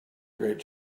great